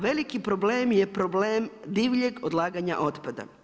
Veliki problem je problem divljeg odlaganje otpada.